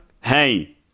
Hey